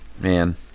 Man